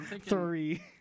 Three